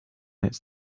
its